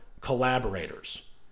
collaborators